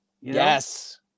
Yes